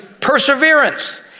perseverance